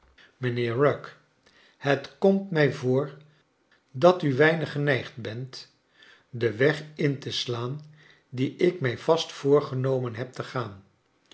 mijnheer rugg het komt mij voor dat u weinig geneigd bent den weg in te slaan dien ik mij vast voorgenomen heb te gaan